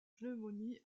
pneumonie